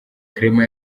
clement